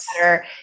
better